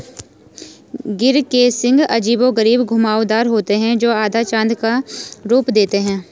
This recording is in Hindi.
गिर के सींग अजीबोगरीब घुमावदार होते हैं, जो आधा चाँद का रूप देते हैं